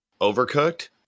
overcooked